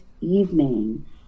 evening